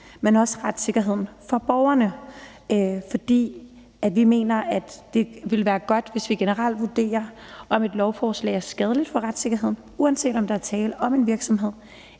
men også retssikkerheden for borgerne. Vi mener, at det ville være godt, hvis vi generelt vurderede, om et lovforslag var skadeligt for retssikkerheden, uanset om der er tale om en virksomhed